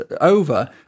over